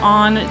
on